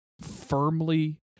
firmly